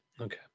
Okay